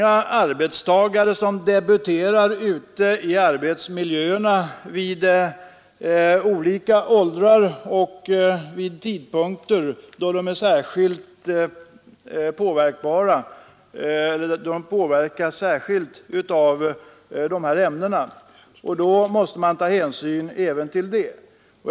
Arbetstagarna debuterar i arbetsmiljöerna vid olika åldrar, en del av dem vid tidpunkter då många påverkas särskilt av de ämnen som finns i arbetsmiljön. Även till det måste man ta hänsyn.